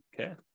Okay